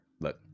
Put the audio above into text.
look